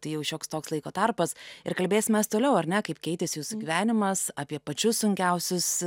tai jau šioks toks laiko tarpas ir kalbėsimės toliau ar ne kaip keitėsi jūsų gyvenimas apie pačius sunkiausius